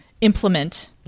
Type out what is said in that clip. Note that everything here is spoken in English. implement